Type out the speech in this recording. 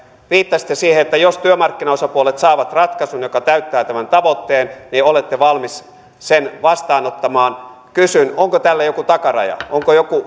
viittasitte siihen että jos työmarkkinaosapuolet saavat ratkaisun joka täyttää tämän tavoitteen niin olette valmis sen vastaanottamaan kysyn onko tälle joku takaraja onko joku